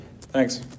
Thanks